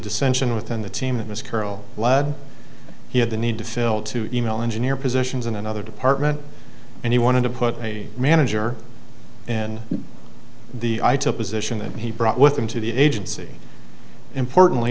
dissension within the team that was colonel led he had the need to fill two email engineer positions in another department and he wanted to put a manager in the eye to position that he brought with them to the agency importantly